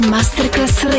Masterclass